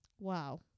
Wow